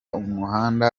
umuhanda